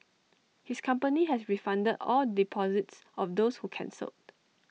his company has refunded all deposits of those who cancelled